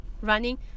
Running